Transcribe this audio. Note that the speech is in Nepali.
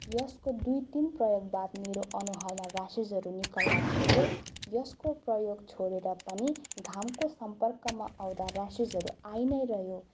यसको दुई तिन प्रयोग बाद मेरो अनुहारलाई र्यासेसहरू निस्कन थाल्यो यसको प्रयोग छोडेर पनि घामको सम्पर्कमा आउँदा र्यासेसहरू आई नै रह्यो